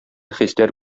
хисләр